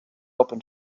open